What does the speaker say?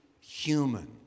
human